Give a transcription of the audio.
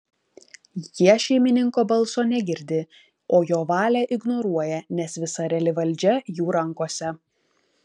jie šeimininko balso negirdi o jo valią ignoruoja nes visa reali valdžia jų rankose